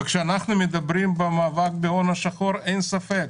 וכשאנחנו מדברים על מאבק בהון השחור, אין ספק,